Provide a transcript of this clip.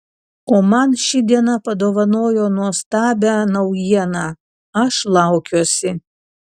o man ši diena padovanojo nuostabią naujieną aš laukiuosi